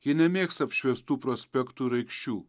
ji nemėgsta apšviestų prospektų ir aikščių